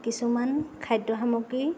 কিছুমান খাদ্য সামগ্ৰী